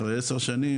אחרי עשר שנים,